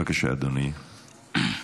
בבקשה, אדוני.